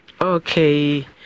Okay